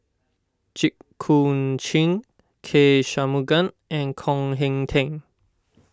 Jit Koon Ch'ng K Shanmugam and Koh Hong Teng